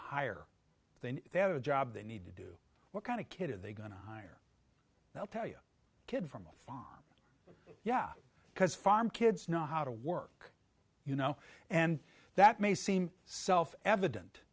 hire they knew they had a job they need to do what kind of kid are they going to hire they'll tell you kid from a farm yeah because farm kids know how to work you know and that may seem self evident